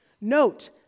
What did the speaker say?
Note